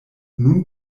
nun